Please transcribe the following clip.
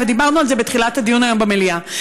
ודיברנו על זה בתחילת הדיון היום במליאה,